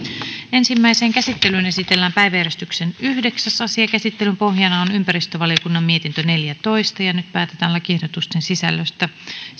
ensimmäiseen käsittelyyn esitellään päiväjärjestyksen yhdeksäs asia käsittelyn pohjana on ympäristövaliokunnan mietintö neljätoista nyt päätetään lakiehdotusten sisällöstä